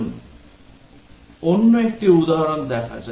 আসুন অন্য একটি উদাহরণ দেখি